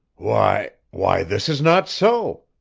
why why this is not so!